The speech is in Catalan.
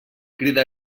crida